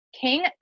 king